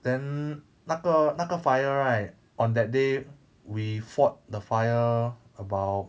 then 那个那个 fire right on that day we fought the fire about